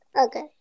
Okay